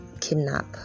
kidnap